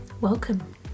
welcome